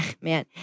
man